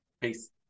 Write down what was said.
Peace